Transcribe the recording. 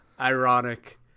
Ironic